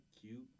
cute